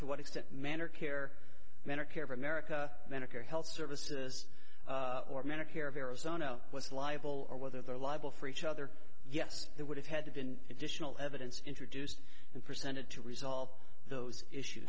to what extent manner care medicare for america medicare health services or medicare of arizona was liable or whether they're liable for each other yes it would have had to been additional evidence introduced and presented to resolve those issues